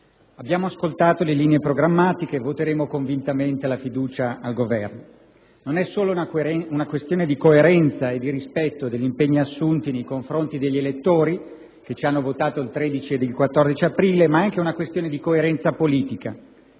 abbiamo ascoltato le linee programmatiche e voteremo convintamente la fiducia al Governo. Non è solo una questione di coerenza e di rispetto degli impegni assunti nei confronti degli elettori che ci hanno votato il 13 e 14 aprile, ma è anche una questione di coerenza politica